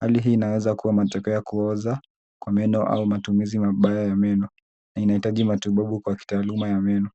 Hali hii inawezakuwa matokea ya kuoza kwa meno au matumizi mabaya ya meno na inahitaji matibabu kwa kitaaluma ya meno.